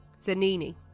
Zanini